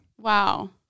Wow